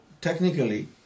technically